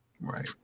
Right